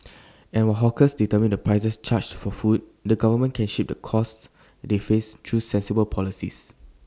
and while hawkers determine the prices charged for food the government can shape the costs they face through sensible policies